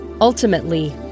Ultimately